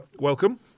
Welcome